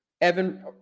Evan